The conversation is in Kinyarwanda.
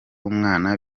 umwana